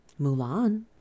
Mulan